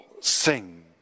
sing